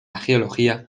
geología